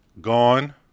gone